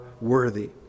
worthy